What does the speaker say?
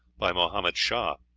by mohammed shah.